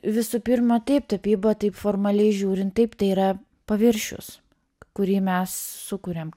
visų pirma taip tapyba taip formaliai žiūrint taip tai yra paviršius kurį mes sukuriam